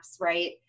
right